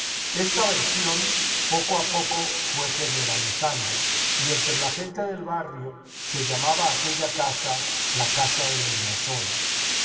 esta versión poco a poco fué generalizándose y entre la gente del barrio se llamaba aquella casa la casa de los masones